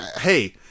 Hey